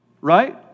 right